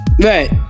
Right